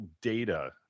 data